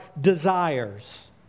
desires